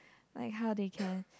like how they can